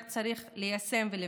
רק צריך ליישם ולבצע.